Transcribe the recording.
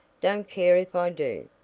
don't care if i do.